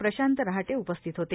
प्रशांत रहाटे उपस्थित होते